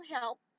help